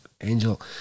Angel